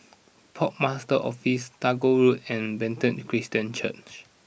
Port Master's Office Tagore Road and Bethany Christian Church